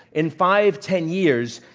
in five, ten years,